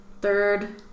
third